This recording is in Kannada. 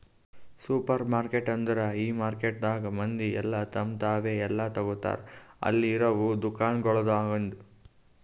ಸೂಪರ್ಮಾರ್ಕೆಟ್ ಅಂದುರ್ ಈ ಮಾರ್ಕೆಟದಾಗ್ ಮಂದಿ ಎಲ್ಲಾ ತಮ್ ತಾವೇ ಎಲ್ಲಾ ತೋಗತಾರ್ ಅಲ್ಲಿ ಇರವು ದುಕಾನಗೊಳ್ದಾಂದು